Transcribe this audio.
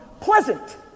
pleasant